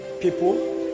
people